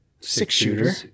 six-shooter